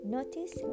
Notice